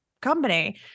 company